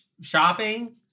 Shopping